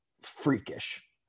freakish